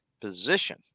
position